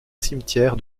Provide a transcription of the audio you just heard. cimetière